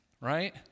right